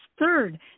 third